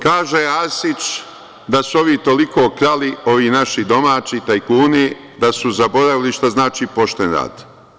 Kaže Arsić da su ovi toliko krali, ovi naši domaći tajkuni da su zaboravili šta znači pošten rad.